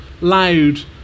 loud